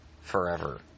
forever